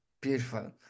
beautiful